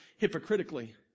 hypocritically